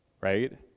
right